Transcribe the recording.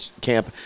camp